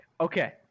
Okay